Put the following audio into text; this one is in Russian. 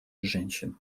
женщин